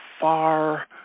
far